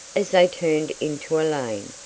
as they turned into a lane,